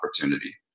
opportunity